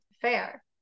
fair